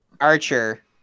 archer